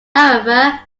however